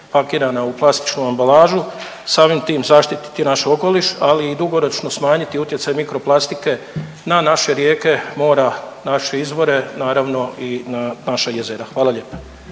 pakirana u plastičnu ambalažu samim tim zaštititi naš okoliš, ali i dugoročno smanjiti utjecaj mikroplastike na naše rijeke, mora, naše izvore naravno i na naša jezera. Hvala lijepa.